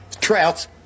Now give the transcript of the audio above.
Trouts